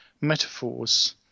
metaphors